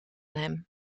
hem